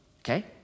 okay